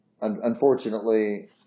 unfortunately